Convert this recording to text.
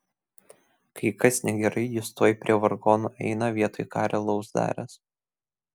kai kas negerai jis tuoj prie vargonų eina vietoj ką realaus daręs